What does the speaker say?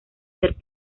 ser